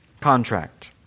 contract